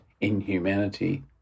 inhumanity